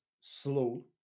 slow